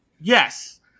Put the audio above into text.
yes